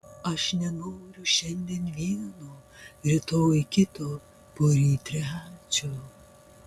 aš nenoriu šiandien vieno rytoj kito poryt trečio